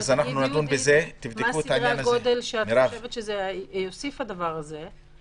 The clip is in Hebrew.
יהודית תגיד מה סדרי הגודל שהיא חושבת שהדבר הזה יוסיף.